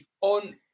on